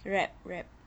wrap wrap